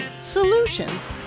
solutions